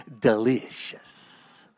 delicious